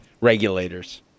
regulators